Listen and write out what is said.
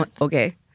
Okay